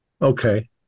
Okay